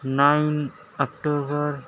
nine October